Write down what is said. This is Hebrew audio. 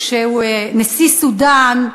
נשיא סודאן,